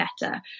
better